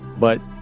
but.